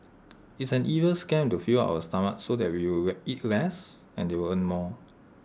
it's an evil scam to fill up our stomachs so that we will eat less and they'll earn more